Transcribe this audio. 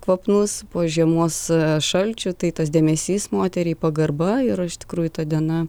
kvapnus po žiemos šalčių tai tas dėmesys moteriai pagarba yra iš tikrųjų ta diena